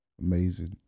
amazing